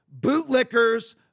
bootlickers